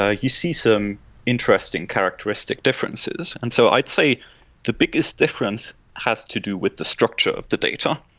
ah you see some interesting characteristic differences. and so i'd say the biggest difference has to do with the structure of the data.